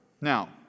Now